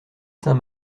saint